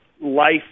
life